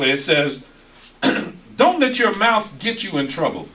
way says don't let your mouth get you in trouble